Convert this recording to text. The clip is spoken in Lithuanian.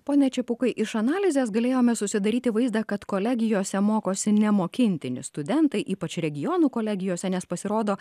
ponia čepukai iš analizės galėjome susidaryti vaizdą kad kolegijose mokosi nemokintini studentai ypač regionų kolegijose nes pasirodo